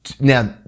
Now